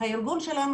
הארגון שלנו